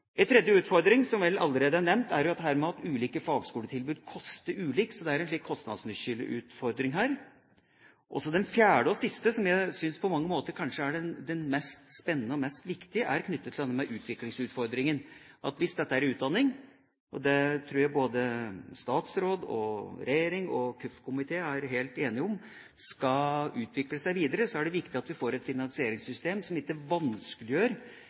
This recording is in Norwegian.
tredje utfordring, som vel allerede er nevnt, er dette med at ulike fagskoletilbud koster ulikt. Så det er en kostnadsskilleutfordring her. Og så det fjerde og siste, som jeg på mange måter kanskje synes er det mest spennende og det viktigste, er det som er knyttet til dette med utviklingsutfordringen. Hvis dette er en utdanning som skal utvikle seg videre – og det tror jeg både statsråd, regjering og kirke-, utdannings- og forskningskomiteen er helt enig om – er det viktig at vi får et finansieringssystem som ikke vanskeliggjør